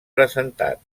presentat